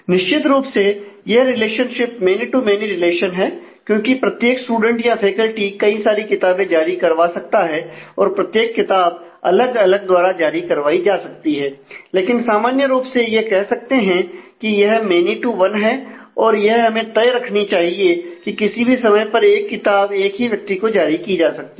निश्चित रूप से यह relationship many to many relation है और यह हमें तय रखनी चाहिए कि किसी भी समय पर एक किताब एक ही व्यक्ति को जारी की जा सकती है